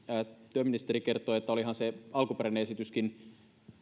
työministeri kertoi että olihan se alkuperäinenkin esitys